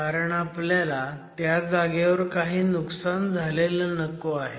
कारण आपल्याला त्या जागेवर काही नुकसान झालेलं नको आहे